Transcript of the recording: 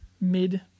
mid